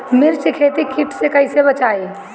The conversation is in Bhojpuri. मिर्च के खेती कीट से कइसे बचाई?